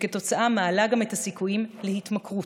ומעלה את הסיכויים להתמכרות,